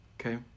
okay